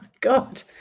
God